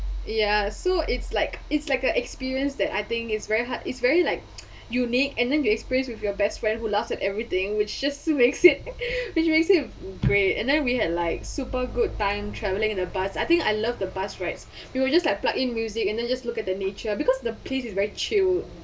ya so it's like it's like a experience that I think is very hard is very like unique and then you experience with your best friend who laughs at everything which just makes it which makes it great and then we had like super good time travelling in a bus I think I love the bus rides we were just like plug in music and then just look at the nature because the places is very chill